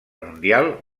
mundial